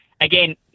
again